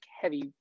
heavy